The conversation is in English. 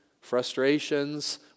frustrations